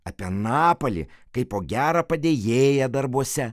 apie napalį kaip po gerą padėjėją darbuose